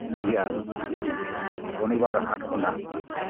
ᱯᱮᱭᱟ ᱥᱚᱱᱤᱵᱟᱨ ᱦᱟᱴ ᱠᱷᱚᱱᱟᱜ